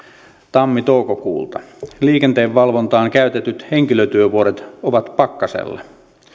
tammi toukokuulta liikenteenvalvontaan käytetyt henkilötyövuodet ovat pakkasella